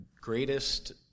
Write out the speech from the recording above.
greatest